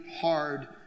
hard